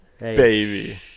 Baby